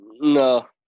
No